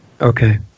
Okay